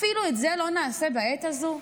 אפילו את זה לא נעשה בעת הזו?